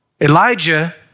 Elijah